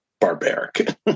Barbaric